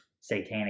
satanic